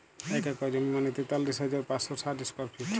এক একর জমি মানে তেতাল্লিশ হাজার পাঁচশ ষাট স্কোয়ার ফিট